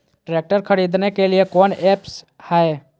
Tractor खरीदने के लिए कौन ऐप्स हाय?